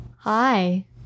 hi